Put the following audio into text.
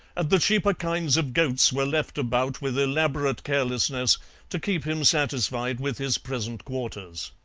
and the cheaper kinds of goats were left about with elaborate carelessness to keep him satisfied with his present quarters.